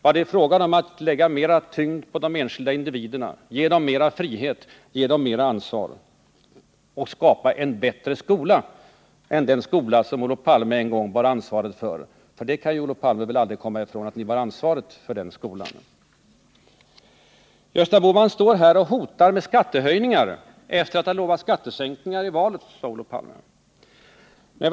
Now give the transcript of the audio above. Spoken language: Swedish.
Det är fråga om att lägga mera tyngd på de enskilda individerna, ge dem mera frihet, ge dem mera ansvar och skapa en bättre skola än den som Olof Palme en gång bar ansvaret för — Olof Palme kan aldrig komma ifrån, att ni bar ansvaret för den skolan. Gösta Bohman står här och hotar med skattehöjningar efter att ha lovat skattesänkningar i valet, sade Olof Palme.